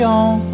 on